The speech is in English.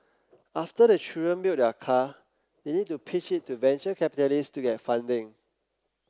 after the children build their car they need to pitch it to venture capitalists to get funding